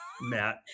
Matt